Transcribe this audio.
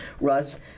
Russ